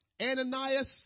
Ananias